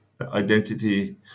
identity